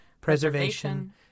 preservation